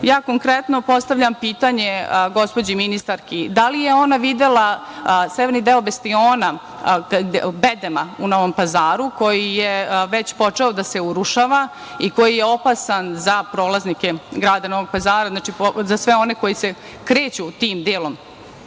konkretno postavljam pitanje gospođi ministarki – da li je ona videla severni deo bastiona, bedema u Novom Pazaru koji je već počeo da se urušava i koji je opasan za prolaznike grada Novog Pazara, za sve one koji se kreću tim delom